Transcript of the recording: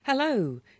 Hello